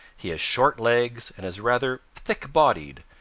he has short legs and is rather thick-bodied,